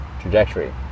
trajectory